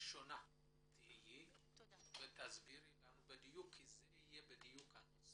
את תהיי הראשונה לדבר ותסבירי לנו בדיוק כי זה הנושא.